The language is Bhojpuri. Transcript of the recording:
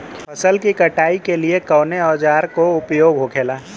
फसल की कटाई के लिए कवने औजार को उपयोग हो खेला?